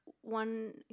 one